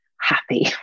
happy